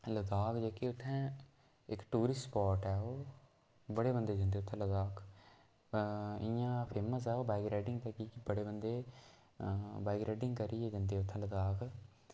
लद्दाख जेह्के उत्थें इक टूरिस्ट स्पाट ऐ ओह् बड़े बन्दे जंदे उत्थें लद्दाख इ'यां फेमस ऐ ओह् बाइक राइडिंग कि के बड़े बन्दे बाइक राइडिंग करियै जंदे उत्थें लद्दाख